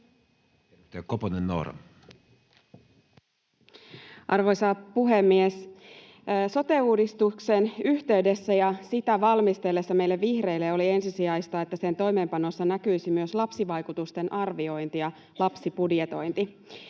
Arvoisa puhemies! Sote-uudistuksen yhteydessä ja sitä valmisteltaessa meille vihreille oli ensisijaista, että sen toimeenpanossa näkyisi myös lapsivaikutusten arviointi ja lapsibudjetointi.